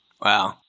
Wow